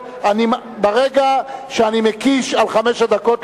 ברגע שאני מקיש על חמש הדקות,